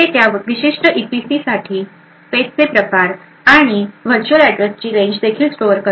ते त्या विशिष्ट ईपीसीसाठी पेज चे प्रकार आणि व्हर्च्युअल ऍड्रेसची रेंज देखील स्टोअर करते